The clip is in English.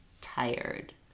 tired